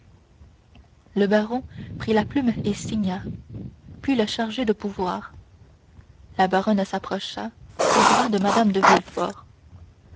le baron prit la plume et signa puis le chargé de pouvoir la baronne s'approcha au bras de mme de